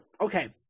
okay